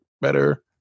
better